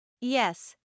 Yes